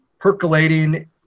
percolating